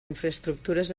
infraestructures